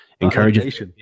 encourages